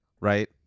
Right